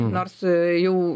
nors jau